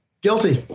Guilty